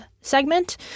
segment